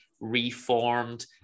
reformed